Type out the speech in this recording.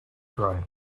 drive